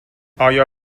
آیا